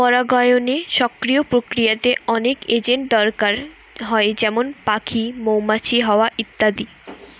পরাগায়নের সক্রিয় প্রক্রিয়াতে অনেক এজেন্ট দরকার হয় যেমন পাখি, মৌমাছি, হাওয়া ইত্যাদি